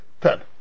Ten